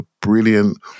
brilliant